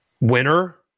Winner